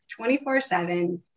24/7